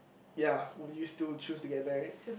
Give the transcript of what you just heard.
ya would you still choose to get married